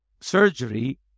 surgery